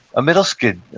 a middle school kid,